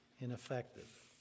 ineffective